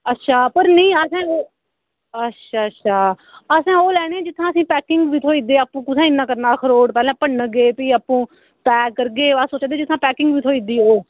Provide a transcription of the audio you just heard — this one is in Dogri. अच्छा पर नेईं असें अच्छा अच्छा अच्छा असें ओह् लैने जित्थां असें गी पैंकिंग बी थ्होई जंदी आपूं कुत्थै इ'न्ना करना अखरोट पैह्लें भन्नगे फ्ही आपूं पैक करगे अस उत्थै जाह्गे जित्थां पैकिंग बी थ्होई जंदी होग